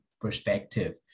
perspective